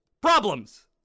problems